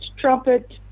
trumpet